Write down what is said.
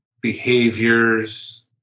behaviors